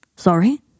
Sorry